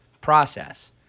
process